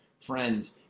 Friends